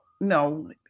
no